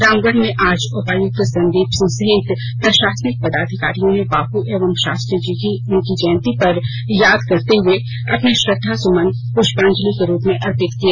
रामगढ़ में आज उपायुक्त संदीप सिंह सहित प्रशासनिक पदाधिकारियों ने बापू एवं शास्त्री जी को उनकी जयंती पर याद करते हुए अपने श्रद्धा सुमन पुष्पांजलि के रूप में अर्पित किए